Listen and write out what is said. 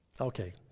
Okay